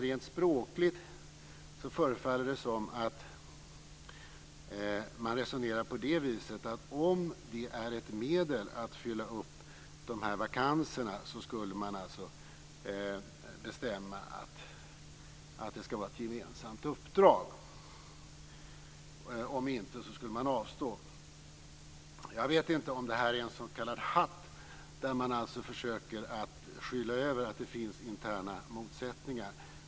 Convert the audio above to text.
Rent språkligt så förefaller det som att man resonerar på det viset att om det är ett medel att fylla upp dessa vakanser så skulle man alltså bestämma att det ska vara ett gemensamt uppdrag, om inte så skulle man avstå. Jag vet inte om detta är en s.k. hatt, där man alltså försöker skyla över att det finns interna motsättningar.